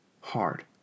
hard